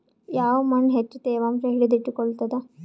ಯಾವ್ ಮಣ್ ಹೆಚ್ಚು ತೇವಾಂಶ ಹಿಡಿದಿಟ್ಟುಕೊಳ್ಳುತ್ತದ?